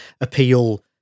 appeal